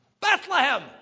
Bethlehem